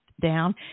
down